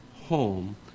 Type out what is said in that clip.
home